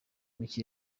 mike